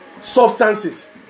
substances